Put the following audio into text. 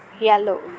yellow